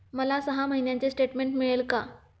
मला सहा महिन्यांचे स्टेटमेंट मिळेल का?